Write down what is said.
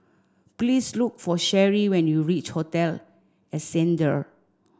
please look for Sheri when you reach Hotel Ascendere